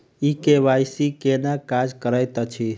ई KYC केना काज करैत अछि?